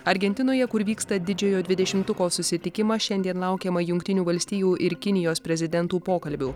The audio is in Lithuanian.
argentinoje kur vyksta didžiojo dvidešimtuko susitikimas šiandien laukiama jungtinių valstijų ir kinijos prezidentų pokalbių